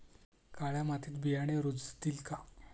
काळ्या मातीत बियाणे रुजतील का?